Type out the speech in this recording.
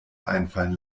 einfallen